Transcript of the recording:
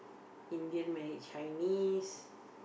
Indian married Chinese